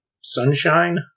Sunshine